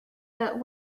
but